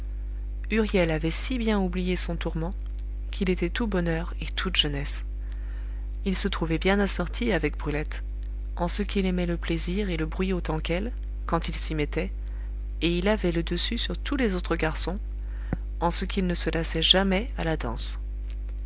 huriel avait si bien oublié son tourment qu'il était tout bonheur et toute jeunesse il se trouvait bien assorti avec brulette en ce qu'il aimait le plaisir et le bruit autant qu'elle quand il s'y mettait et il avait le dessus sur tous les autres garçons en ce qu'il ne se lassait jamais à la danse